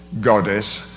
goddess